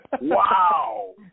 Wow